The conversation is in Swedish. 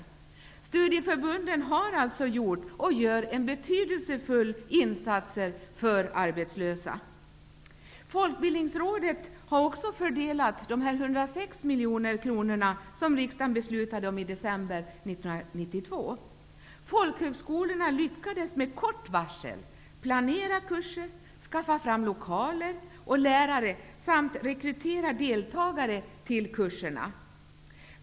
Studieförbunden har alltså gjort och gör betydelsefulla insatser för arbetslösa. Folkbildningsrådet har också fördelat de 106 Med kort varsel lyckades Folkhögskolorna planera kurser, skaffa fram lokaler och lärare och rekrytera deltagare till kurserna.